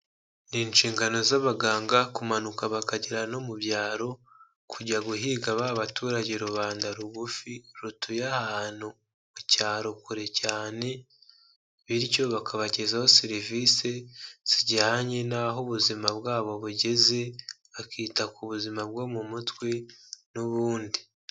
Ni inshingano z'abaganga kumanuka bakagera no mu byaro, kujya guhiga ba baturage rubanda rugufi rutuye ahantu mu cyaro kure cyane, bityo bakabagezaho serivisi zijyanye n'aho ubuzima bwabo bugeze, bakita ku buzima bwo mu mutwe n'ubundi.